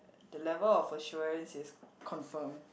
the level of assurance is confirm